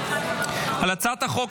חבר הכנסת מיכאל